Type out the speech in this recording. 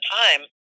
time